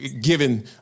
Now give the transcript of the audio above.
given